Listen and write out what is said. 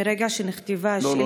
מרגע שנכתבה השאילתה,